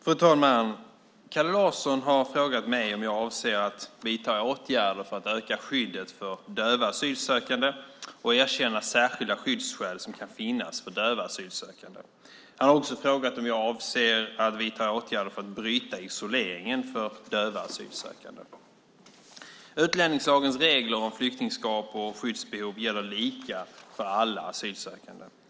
Fru talman! Kalle Larsson har frågat mig om jag avser att vidta åtgärder för att öka skyddet för döva asylsökande och erkänna särskilda skyddsskäl som kan finnas för döva asylsökande. Han har också frågat om jag avser att vidta åtgärder för att bryta isoleringen för döva asylsökande. Utlänningslagens regler om flyktingskap och skyddsbehov gäller lika för alla asylsökande.